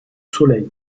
soleil